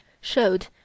showed